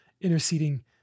interceding